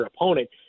opponent